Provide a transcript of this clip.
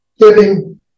giving